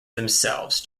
themselves